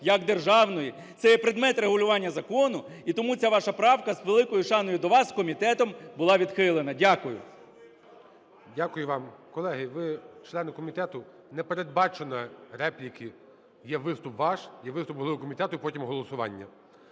як державної. Це є предмет регулювання закону, і тому ця ваша правка, з великою шаною до вас, комітетом була відхилена. Дякую. ГОЛОВУЮЧИЙ. Дякую вам. Колеги, ви, члени комітету, не передбачено репліки, є виступ ваш, є виступ голови комітету і потім голосування.